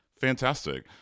fantastic